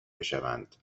بشوند